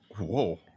Whoa